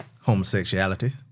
homosexuality